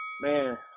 man